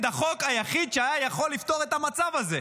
החוק היחיד שהיה יכול לפתור את המצב הזה: